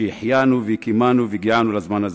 שהחיינו וקיימנו והגיענו לזמן הזה.